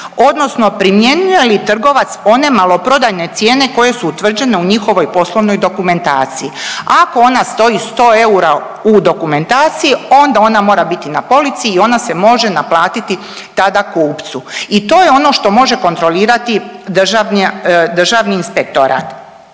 odnosno primjenjuje li trgovac one maloprodajne cijene koje su utvrđene u njihovoj poslovnoj dokumentaciji. Ako ona stoji sto eura u dokumentaciji, onda ona mora biti na polici i ona se može naplatiti tada kupcu. I to je ono što može kontrolirati Državni inspektorat.